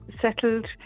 settled